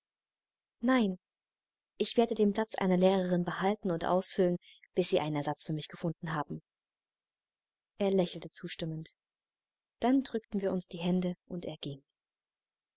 nein ich werde den platz einer lehrerin behalten und ausfüllen bis sie einen ersatz für mich gefunden haben er lächelte zustimmend dann drückten wir uns die hände und er